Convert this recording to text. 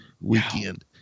weekend